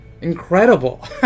Incredible